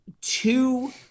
two